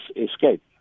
Escape